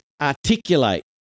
articulate